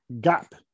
gap